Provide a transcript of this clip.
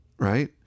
Right